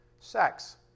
sex